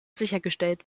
sichergestellt